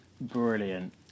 brilliant